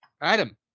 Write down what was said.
Adam